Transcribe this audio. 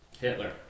Hitler